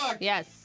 Yes